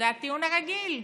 זה הטיעון הרגיל.